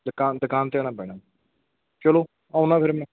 ਦੁਕਾਨ ਦੁਕਾਨ 'ਤੇ ਆਉਣਾ ਪੈਣਾ ਚਲੋ ਆਉਂਦਾ ਫਿਰ ਮੈਂ